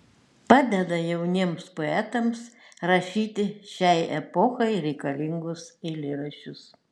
padeda jauniems poetams rašyti šiai epochai reikalingus eilėraščius